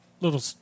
little